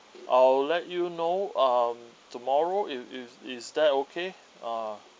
I'll let you know um tomorrow is is is that okay uh